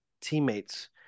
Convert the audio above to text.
teammates